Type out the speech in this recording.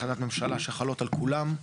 החלטת ממשלה שחלות על כולם,